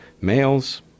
Males